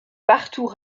partout